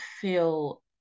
feel